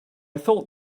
thought